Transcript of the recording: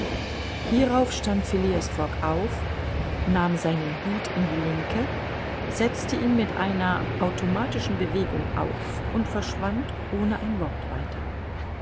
hierauf stand phileas fogg auf nahm seinen hut in die linke setzte ihn mit einer automatischen bewegung auf und verschwand ohne ein wort weiter